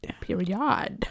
period